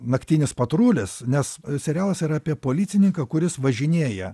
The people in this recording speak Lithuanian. naktinis patrulis nes serialas yra apie policininką kuris važinėja